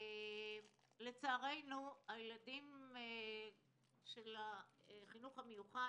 לצערנו הילדים של החינוך המיוחד,